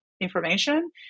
information